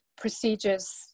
procedures